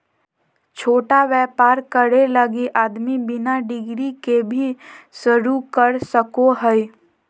छोटा व्यापर करे लगी आदमी बिना डिग्री के भी शरू कर सको हइ